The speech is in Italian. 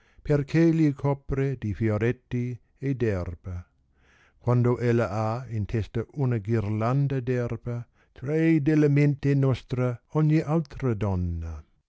perchè gli copre di fioretti e d erba quando ella ha in testa una ghirlanda d erba trae della mente nostra ogni altra donna